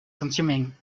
consuming